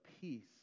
peace